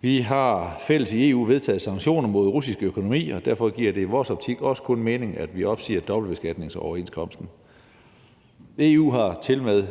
Vi har fælles i EU vedtaget sanktioner mod russisk økonomi, og derfor giver det i vores optik også kun mening, at vi opsiger dobbeltbeskatningsoverenskomsten. EU har tilmed